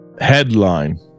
headline